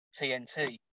TNT